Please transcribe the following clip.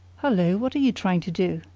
hullo, what are you trying to do?